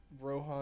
Rohan